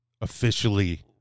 officially